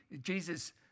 Jesus